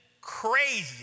crazy